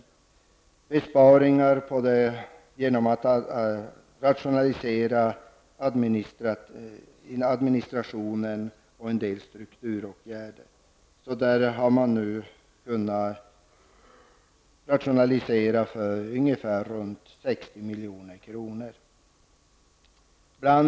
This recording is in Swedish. Dessa besparingar kan ske både genom rationaliseringar i administrationen och genom en del strukturåtgärder. Där har man nu kunnat rationalisera för ungefär 60 milj.kr.